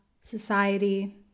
society